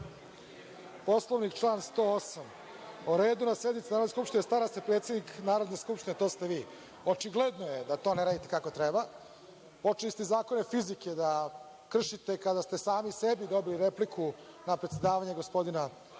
Poslovnik, član 108. O redu na sednici Narodne skupštine stara se predsednik Narodne skupštine, a to ste vi. Očigledno je da to ne radite kako treba. Počeli ste zakone fizike da kršite kada ste sami sebi dali repliku na predsedavanje gospodina Arsića.